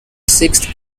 sixth